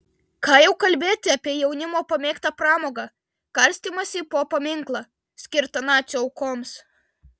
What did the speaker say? ką jau kalbėti apie jaunimo pamėgtą pramogą karstymąsi po paminklą skirtą nacių aukoms